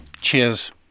cheers